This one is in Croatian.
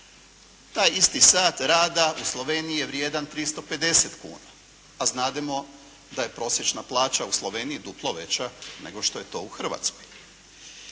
taj isti sat rada u Sloveniji je vrijedan 350 kuna. A znademo da je prosječna plaća u Sloveniji duplo veća nego što je to u Hrvatskoj.